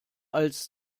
als